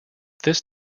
this